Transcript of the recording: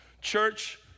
Church